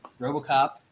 Robocop